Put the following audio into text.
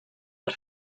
per